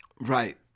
Right